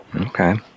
Okay